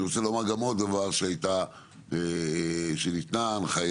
אני רוצה לומר גם עוד דבר שניתנה הנחיה,